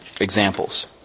examples